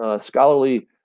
scholarly